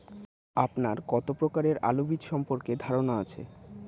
আপনার কত প্রকারের আলু বীজ সম্পর্কে ধারনা আছে?